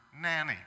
nanny